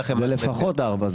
זה לפחות 4,